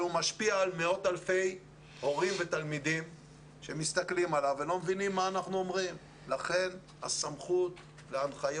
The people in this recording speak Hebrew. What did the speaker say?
זה לא מתייחס רק לקצבה עצמה כי המשמעות גם תחול